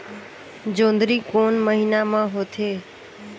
जोंदरी कोन महीना म होथे?